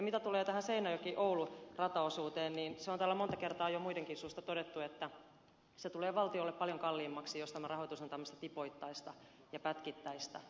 mitä tulee seinäjokioulu rataosuuteen niin se on täällä monta kertaa jo muidenkin suusta todettu että se tulee valtiolle paljon kalliimmaksi jos tämä rahoitus on tämmöistä tipoittaista ja pätkittäistä